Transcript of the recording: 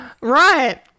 right